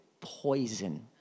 poison